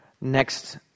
Next